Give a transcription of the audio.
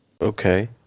Okay